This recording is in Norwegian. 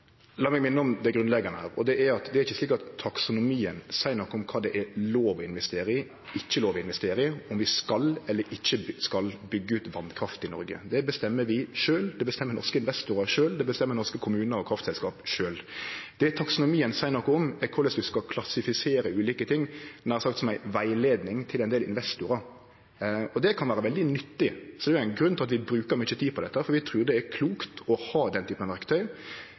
La meg minne om det grunnleggjande her. Det er ikkje slik at taksonomien seier noko om kva det er lov å investere i, kva det ikkje er lov å investere i, om vi skal eller ikkje skal byggje ut vasskraft i Noreg. Det bestemmer vi sjølve. Det bestemmer norske investorar sjølve. Det bestemmer norske kommunar og kraftselskap sjølve. Det taksonomien seier noko om, er korleis vi skal klassifisere ulike ting, nær sagt som ei rettleiing til ein del investorar. Det kan vere veldig nyttig, så det er ein grunn til at vi brukar mykje tid på dette, for vi trur det er klokt å ha den typen verktøy.